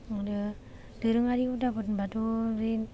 आरो दोरोंआरि हुदाफोर होनबाथ' बे